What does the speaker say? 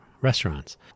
restaurants